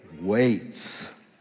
waits